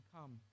come